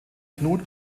knut